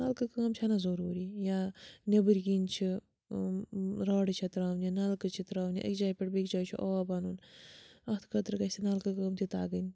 نَلکہٕ کٲم چھَنہٕ ضٔروٗری یا نیٚبٕرۍ کِنۍ چھِ راڈٕ چھےٚ ترٛاونہِ نَلکہٕ چھِ ترٛاونہِ اَکہِ جایہِ پٮ۪ٹھ بیٚکِس جایہِ چھُ آب اَنُن اَتھ خٲطرٕ گژھِ نَلکہٕ کٲم تہِ تَگٕنۍ